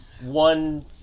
one